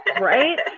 right